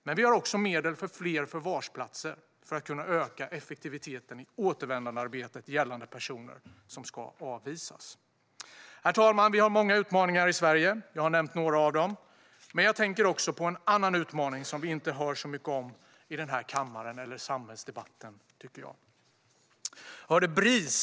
Men vi har också medel för fler förvarsplatser, för att kunna öka effektiviteten i återanvändandearbetet gällande personer som ska avvisas. Herr talman! Vi har många utmaningar i Sverige. Jag har nämnt några av dem. Men jag tänker också på en annan utmaning som vi inte hör särskilt mycket om i den här kammaren eller i samhällsdebatten.